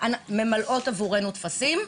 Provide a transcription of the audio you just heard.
הן אפילו ממלאות עבורנו טפסים.